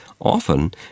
often